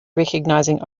recognizing